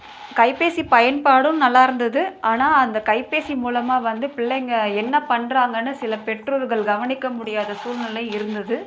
கைபேசி பயன்பாடும் நல்லாருந்துது ஆனால் அந்த கைபேசி மூலமாக வந்து பிள்ளைங்கள் என்ன பண்ணுறாங்கன்னு சில பெற்றோர்கள் கவனிக்க முடியாத சூழ்நிலை இருந்தது